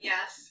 Yes